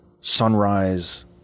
sunrise